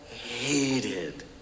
hated